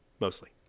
mostly